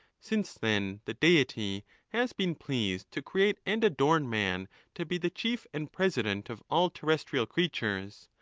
since, then, the deity has been pleased to create and adorn man to be the chief and president of all terrestrial creatures,